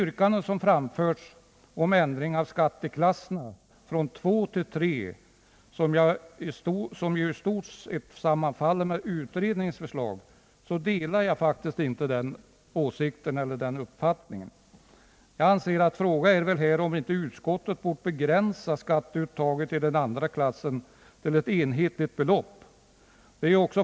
Yrkanden har framställts om en ändring av skatteklasserna IIL—III, och de sammanfaller i stort sett med utredningens förslag. Jag anser emellertid att det kan ifrågasättas om inte utskottet bort begränsa skatteuttaget i klass II till ett enhetligt belopp.